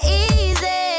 easy